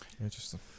Interesting